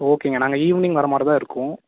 ஓகேங்க நாங்கள் ஈவ்னிங் வர மாதிரிதான் இருக்கும்